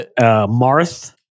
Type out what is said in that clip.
Marth